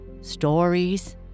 stories